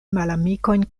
malamikojn